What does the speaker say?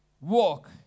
walk